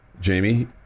Jamie